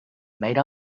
made